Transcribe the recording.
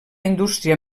indústria